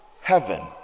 heaven